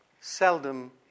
seldom